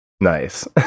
Nice